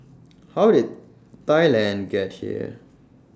how did Thailand get here